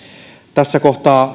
tässä kohtaa